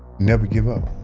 never give up.